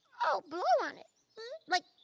oh blow on it. like